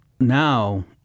now